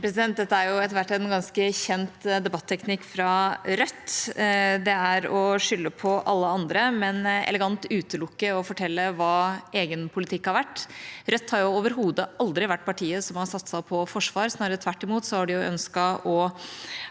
Dette er etter hvert en ganske kjent debatteknikk fra Rødt – å skylde på alle andre, men elegant utelukke å fortelle hva egen politikk har vært. Rødt har overhodet aldri vært partiet som har satset på forsvar. Snarere tvert imot har partiet ønsket å